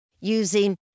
using